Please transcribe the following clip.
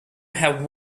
have